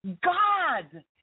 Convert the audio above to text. God